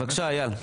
בבקשה, אייל.